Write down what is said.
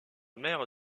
mère